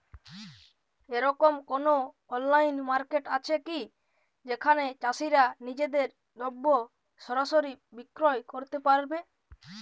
এরকম কোনো online market আছে কি যেখানে চাষীরা নিজেদের দ্রব্য সরাসরি বিক্রয় করতে পারবে?